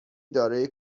دارای